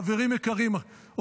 חברים יקרים,